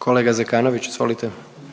**Jandroković, Gordan